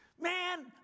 man